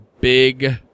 big